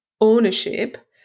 ownership